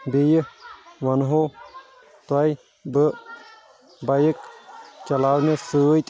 بیٚیہِ ونہٕ ہو تۄہہِ بہٕ بایِک چلاونہٕ سۭتۍ